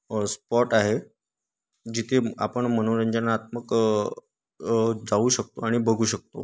spot आहे जिथे आपण मनोरंजनात्मक जाऊ शकतो आणि बघू शकतो